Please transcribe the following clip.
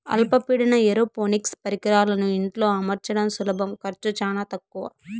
అల్ప పీడన ఏరోపోనిక్స్ పరికరాలను ఇంట్లో అమర్చడం సులభం ఖర్చు చానా తక్కవ